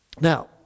Now